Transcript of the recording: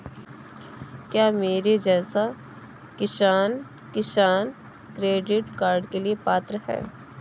क्या मेरे जैसा किसान किसान क्रेडिट कार्ड के लिए पात्र है?